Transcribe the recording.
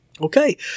okay